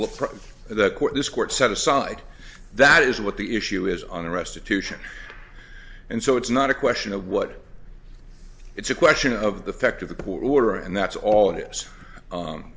looks that this court set aside that is what the issue is on the restitution and so it's not a question of what it's a question of the fact of the poor order and that's all it is